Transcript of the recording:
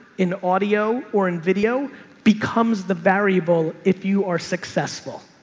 in audio or in video becomes the variable if you are successful.